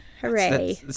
Hooray